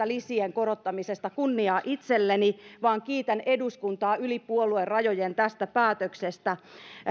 lisien korottamisesta kunniaa itselleni vaan kiitän eduskuntaa yli puoluerajojen tästä päätöksestä